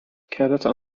كادت